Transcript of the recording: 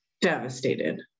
devastated